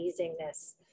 amazingness